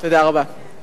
תודה רבה.